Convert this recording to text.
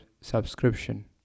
subscription